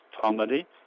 comedy